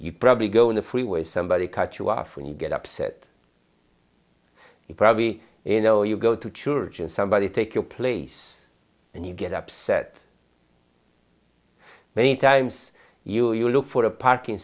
you probably go on the freeway somebody cut you off when you get upset it probably in no you go to church and somebody take your place and you get upset many times you you look for a parking